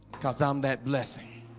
because i'm that blessing